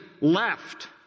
left